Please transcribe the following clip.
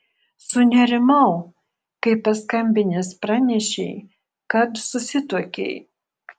sunerimau kai paskambinęs pranešei kad susituokei